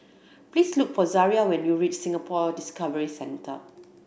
please look for Zariah when you reach Singapore Discovery Centre